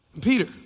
Peter